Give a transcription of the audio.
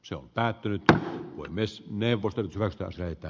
se päättyy tämä voi myös levoton vaikka se että